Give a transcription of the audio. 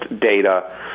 data